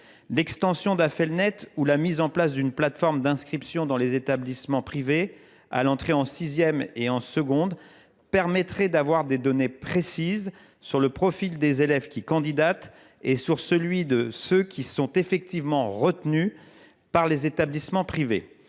l’application Affelnet ou la mise en place d’une plateforme d’inscription dans les établissements privés, à l’entrée en sixième et en seconde, permettrait d’avoir des données précises sur le profil des élèves qui se portent candidats et sur celui de ceux qui sont effectivement retenus par les établissements privés.